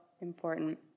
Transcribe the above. important